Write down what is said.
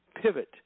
pivot